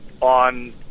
on